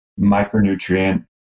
micronutrient